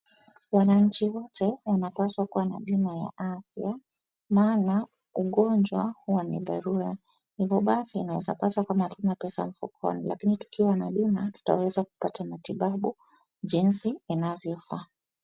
Wananchi wote wanapaswa kuwa na bima ya afya maana ugonjwa huwa ni dharura. Hivyo basi inaweza paswa kama hatuna pesa mkononi lakini tukiwa na bima tutaweza kupata matibabu jinsi inavyofaa.